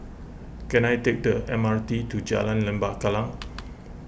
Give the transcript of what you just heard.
can I take the M R T to Jalan Lembah Kallang